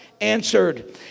answered